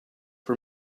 for